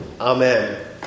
Amen